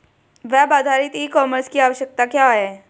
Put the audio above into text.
Web आधारित e commerce की आवश्यकता क्या है?